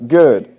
good